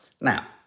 now